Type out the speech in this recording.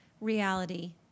reality